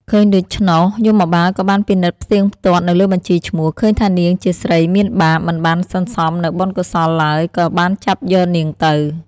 ឃើញដូច្នោះយមបាលក៏បានពិនិត្យផ្តៀងផ្ទាត់នៅបញ្ជីឈ្មោះ ឃើញថានាងជាស្រីមានបាប មិនបានសន្សំនូវបុណ្យកុសលឡើយ ក៏បានចាប់យកនាងទៅ។